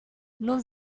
non